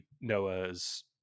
noah's